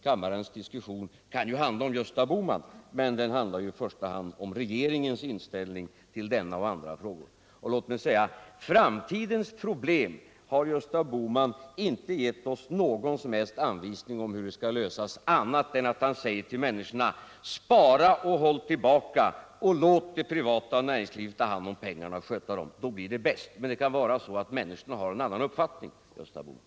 Kammarens diskussion kan naturligtvis handla om Gösta Bohman, men den handlar i första hand om regeringens inställning till denna och andra frågor. När det gäller att lösa framtidens problem har Gösta Bohman inte givit oss någon som helst anvisning annat än att han säger till människorna: Spara och håll tillbaka och låt det privata näringslivet ta hand om pengarna och sköta dem, då blir der bäst. Men det kan vara så att människorna har en annan uppfattning, Gösta Bohman.